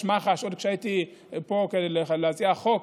מח"ש עוד כשהייתי פה כדי להציע חוק,